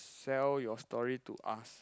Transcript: sell your story to us